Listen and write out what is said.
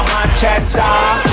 Manchester